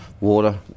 water